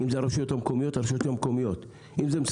אם זה הרשויות המקומיות, אז הרשויות המקומיות.